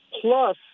Plus